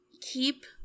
Keep